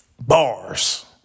Bars